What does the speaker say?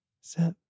Set